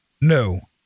No